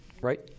Right